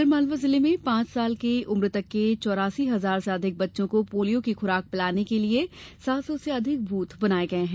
आगर मालवा जिले में पांच के उम्र तक के चौरासी हजार से अधिक बच्चों को पोलियो की खुराक पिलाने के लिए सात सौ से अधिक बूध बनाय गये हैं